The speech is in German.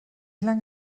lang